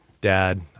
Dad